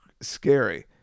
scary